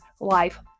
life